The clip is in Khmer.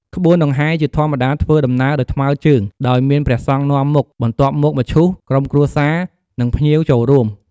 ក្បួនដង្ហែជាធម្មតាធ្វើដំណើរដោយថ្មើរជើង ដោយមានព្រះសង្ឃនាំមុខ បន្ទាប់មកមឈូស ក្រុមគ្រួសារ និងភ្ញៀវចូលរួម។